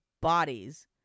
bodies